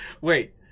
Wait